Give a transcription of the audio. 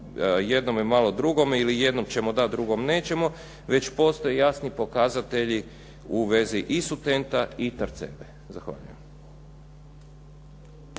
jednome, malo drugome ili jednom ćemo dati, drugom nećemo, već postoje jasni pokazatelji u vezi u Sutenta i Tarceve. Zahvaljujem.